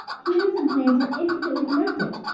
humans and plants are intricately connected.